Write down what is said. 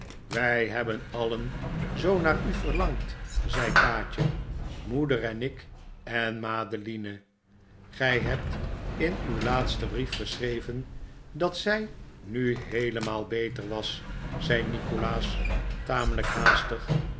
wij hebben alien zoo naar u verlangd zei kaatje moeder en ik en madeline gij hebt in uw laatsten brief geschreven dat zij nu heelemaal beter was zei nikolaas tamelijk haastig